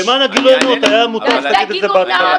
למען הגילוי הנאות, היה מוטב שתגיד את זה בהתחלה.